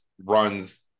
runs